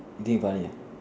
you think you funny ah